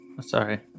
sorry